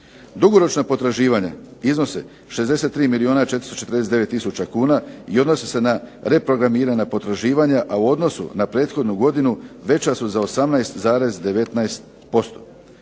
Dugoročna potraživanja iznose 63 milijuna 449 tisuća kuna i odnose se na reprogramirana potraživanja, a u odnosu na prethodnu godinu veća su za 18,19%.